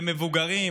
במבוגרים,